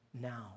now